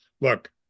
Look